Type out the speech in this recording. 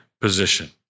position